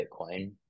Bitcoin